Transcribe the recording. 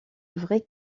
vrai